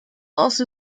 also